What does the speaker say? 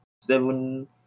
seven